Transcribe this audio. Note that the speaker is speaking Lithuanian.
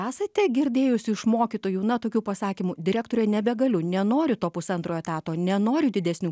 esate girdėjusi iš mokytojų na tokių pasakymų direktore nebegaliu nenoriu to pusantro etato nenoriu didesnių